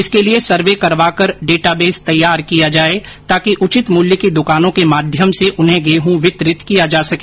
इसके लिए सर्वे करवाकर डेटाबेस तैयार किया जाए ताकि उचित मूल्य की दुकानों के माध्यम से उन्हें गेहूं वितरित किया जा सके